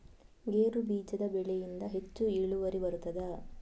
ಗೇರು ಬೀಜದ ಬೆಳೆಯಿಂದ ಹೆಚ್ಚು ಇಳುವರಿ ಬರುತ್ತದಾ?